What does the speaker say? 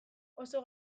oso